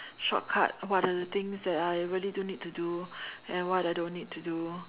shortcut what are the things that I really do need to do and what I don't need to do